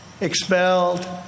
expelled